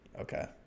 okay